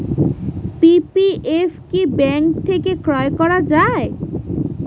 PPF কি bank থেকে ক্রয় করা যায়?